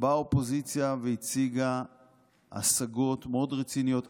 באה האופוזיציה והציגה השגות מאוד רציניות,